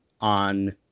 on